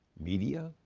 media,